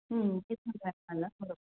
हं ते